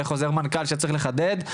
לחוזר מנכ"ל שצריך לחדד,